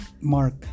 Mark